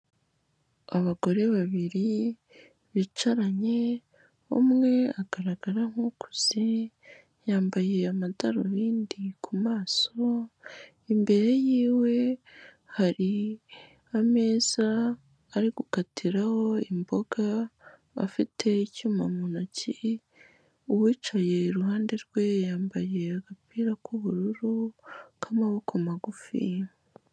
Abagore babiri bicaranye, umwe agaragara nk'ukuze, yambaye amadarubindi ku maso, imbere yiwe hari ameza ari gukatiraho imboga, afite icyuma mu ntoki, uwicaye iruhande rwe yambaye agapira k'ubururu k'amaboko magufi.